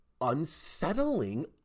unsettling